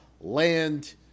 land